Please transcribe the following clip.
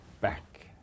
back